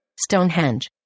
Stonehenge